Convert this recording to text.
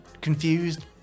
confused